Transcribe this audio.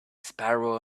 sparrow